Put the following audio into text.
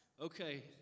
Okay